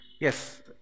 Yes